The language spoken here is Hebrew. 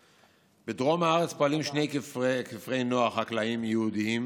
כדלקמן: בדרום הארץ פועלים שני כפרי נוער חקלאיים ייעודיים